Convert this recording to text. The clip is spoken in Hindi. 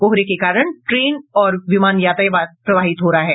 कोहरे के कारण ट्रेन और विमान यातायात प्रभावित हो रहा है